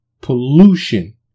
pollution